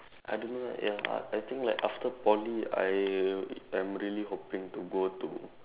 I don't know like ya I think like after Poly I am really hoping to go to